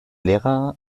lehrer